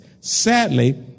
Sadly